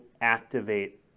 activate